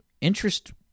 interest